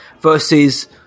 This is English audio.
versus